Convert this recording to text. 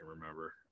remember